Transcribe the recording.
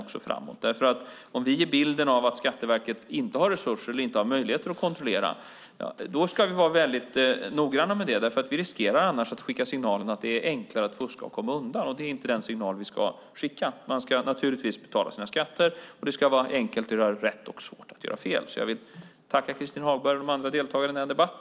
Om vi ger en bild av att Skatteverket inte har resurser eller möjlighet att kontrollera riskerar vi att skicka signalen att det är enkelt att fuska och komma undan. Det är inte den signalen vi ska skicka. Man ska naturligtvis betala sina skatter. Det ska vara enkelt att göra rätt och svårt att göra fel. Jag tackar Christin Hagberg och de andra deltagarna i denna debatt.